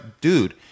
dude